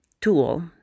tool